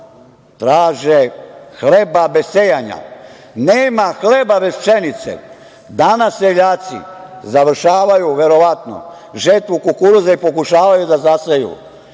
traže hleba bez sejanja. Nema hleba bez pšenice. Danas seljaci verovatno završavaju žetvu kukuruza i pokušavaju da zaseju.